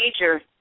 major